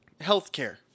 Healthcare